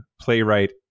playwright